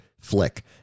flick